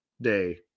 day